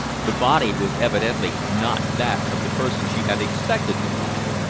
the body was evidently not that of the person she had expected to find.